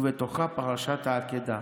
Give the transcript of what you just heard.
ובתוכה פרשת העקדה,